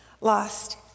lost